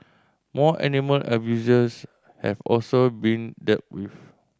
more animal abusers have also been deal with